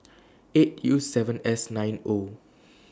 eight U seven S nine O